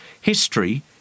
History